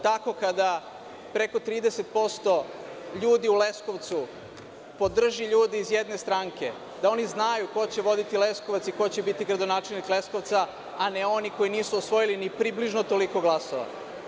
Tako, kada preko 30% ljudi u Leskovcu podrži ljude iz jedne stranke, da oni znaju ko će voditi Leskovac i ko će biti gradonačelnik Leskovca, a ne oni koji nisu osvojili ni približno toliko glasova.